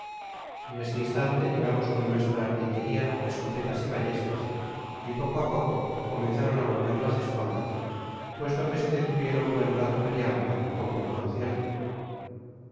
en este instante llegamos con nuestra artillería escopetas y ballestas y poco á poco comenzáron volver las espaldas puesto que se detuvieron buen rato peleando con buen concierto